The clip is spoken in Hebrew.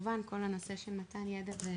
וכמובן כל הנושא של מתן ידע.